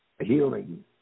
healing